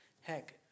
Heck